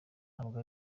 ntabwo